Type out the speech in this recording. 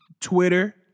Twitter